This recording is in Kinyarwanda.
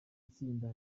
tsinda